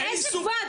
איזה ועד?